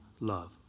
love